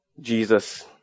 Jesus